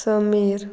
Sameer